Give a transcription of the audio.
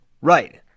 Right